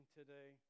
today